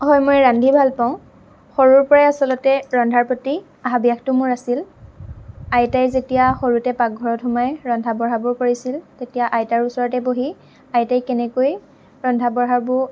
হয় মই ৰান্ধি ভাল পাওঁ সৰুৰ পৰাই আচলতে ৰন্ধাৰ প্ৰতি হাবিয়াসটো মোৰ আছিল আইতাই যেতিয়া সৰুতে পাকঘৰত সোমাই ৰন্ধা বঢ়াবোৰ কৰিছিল তেতিয়া আইতাৰ ওচৰতে বহি আইতাই কেনেকৈ ৰন্ধা বঢ়াবোৰ